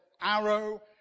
arrow